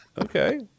Okay